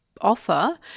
offer